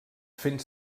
fent